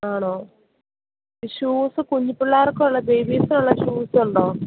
ആണോ ഷൂസ് കുഞ്ഞി പിള്ളേർക്കുള്ള ലേഡീസിനൊള്ള ഷൂസ് ഉണ്ടോ